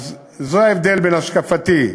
אז זה ההבדל בין השקפתי,